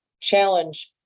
challenge